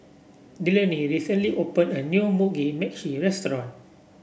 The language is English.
Delaney recently opened a new Mugi Meshi Restaurant